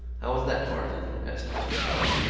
how was that, martin? asked mr. power.